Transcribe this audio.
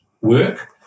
work